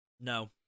No